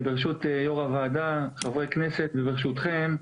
ברשות יו"ר הוועדה, חברי כנסת וברשותכם,